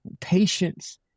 Patience